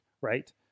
right